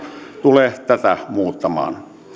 tule tätä muuttamaan